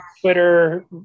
Twitter